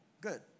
good